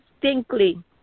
distinctly